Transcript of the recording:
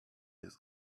his